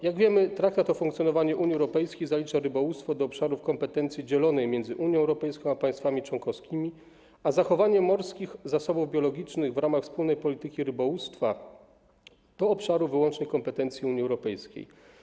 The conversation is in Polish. Jak wiemy, Traktat o funkcjonowaniu Unii Europejskiej zalicza rybołówstwo do obszarów kompetencji dzielonej między Unią Europejską a państwami członkowskimi, a zachowanie morskich zasobów biologicznych w ramach wspólnej polityki rybołówstwa do obszarów wyłącznej kompetencji Unii Europejskiej.